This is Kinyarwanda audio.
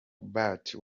mbatha